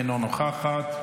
אינה נוכחת,